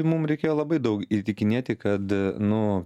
mum reikėjo labai daug įtikinėti kad nu